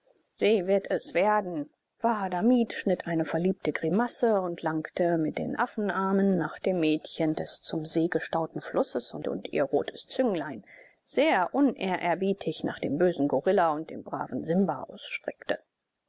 sie wird es werden wahadamib schnitt eine verliebte grimasse und langte mit den affenarmen nach dem mädchen das ihm ihr blitzendes messer zeigte und ihr rotes zünglein sehr unehrerbietig nach dem bösen gorilla und dem braven simba ausstreckte